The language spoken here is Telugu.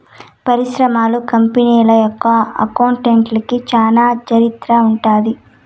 పరిశ్రమలు, కంపెనీల యొక్క అకౌంట్లకి చానా చరిత్ర ఉంటది